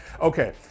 Okay